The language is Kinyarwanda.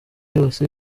yose